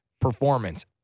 performance